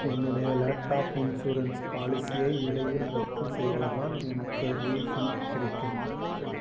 என்னுடைய laptop insurance பாலிசியை இடையில் ரத்து செய்ததால் எனக்கு ரீஃபண்ட் கிடைக்குமா